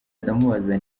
ndamubaza